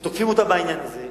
שתוקפים אותה בעניין הזה,